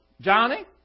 Johnny